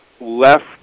left